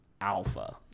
alpha